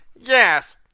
Yes